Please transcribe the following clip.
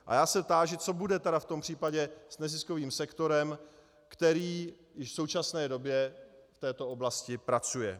A já se táži, co bude tedy v tom případě s neziskovým sektorem, který již v současné době v této oblasti pracuje.